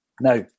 Now